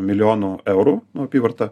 milijonų eurų nu apyvarta